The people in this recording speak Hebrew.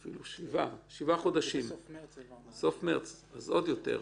אפילו שבעה חודשים בסוף מרץ אז עוד יותר,